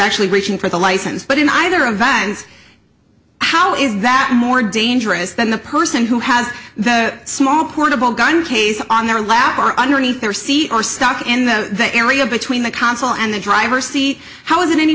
actually reaching for the license but in either advance how is that more dangerous than the person who has the small portable gun case on their lap or underneath their seat are stuck in the area between the consul and the driver see how is it any